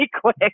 quick